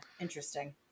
interesting